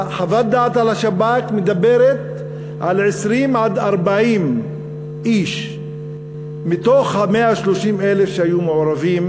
חוות הדעת על השב"כ מדברת על 20 40 איש מתוך ה-130,000 שהיו מעורבים,